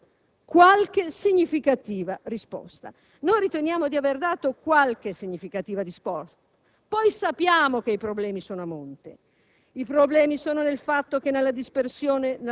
di qualità certificativa e di serietà. Insomma, io credo che tutti, non importa se di destra o di sinistra, dobbiamo ribellarci a questa maturità senza qualità